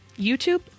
YouTube